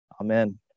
Amen